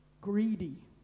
greedy